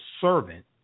servant